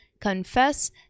confess